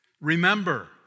Remember